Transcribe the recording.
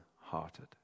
hearted